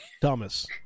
Thomas